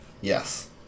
Yes